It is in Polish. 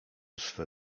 swe